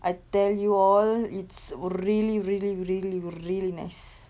I tell you all it's really really really really nice